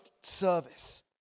service